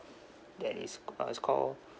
that is uh is call